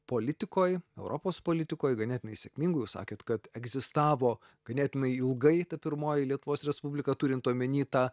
politikoj europos politikoj ganėtinai sėkmingu jūs sakėt kad egzistavo ganėtinai ilgai ta pirmoji lietuvos respublika turint omeny tą